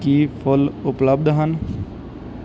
ਕੀ ਫੁੱਲ ਉਪਲੱਬਧ ਹਨ